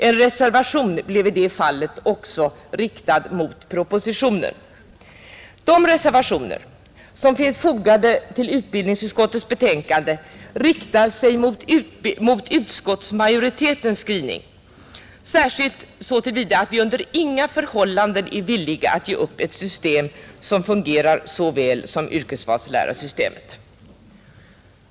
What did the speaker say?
En reservation blev i det fallet också riktad mot propositionen, De reservationer som finns fogade till utbildningsutskottets betänkande riktar sig mot utskottsmajoritetens skrivning, särskilt så till vida att vi under inga förhållanden är villiga att ge upp ett system som fungerar så väl som yrkesvalslärarsystemet.